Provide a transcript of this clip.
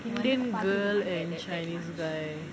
indian girl and chinese guy